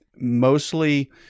mostly